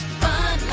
fun